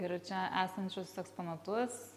ir čia esančius eksponatus